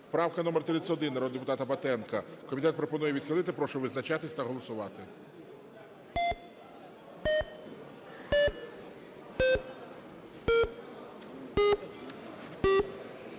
правка номер 31 народного депутата Батенка. Комітет пропонує відхилити. Прошу визначатись та голосувати.